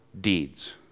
deeds